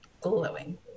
Glowing